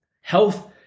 Health